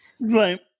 Right